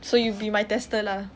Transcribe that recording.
so you be my tester lah